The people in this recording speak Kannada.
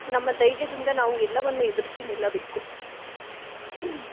ನಮ್ಮ ಧೈರ್ಯದಿಂದ ನಾವು ಎಲ್ಲವನ್ನು ಎದುರಿಸಿ ನಿಲ್ಲಬೇಕು